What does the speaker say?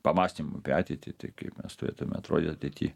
pamąstymų apie ateitį taip kaip mes turėtume atrodyt ateity